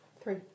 Three